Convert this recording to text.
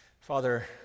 Father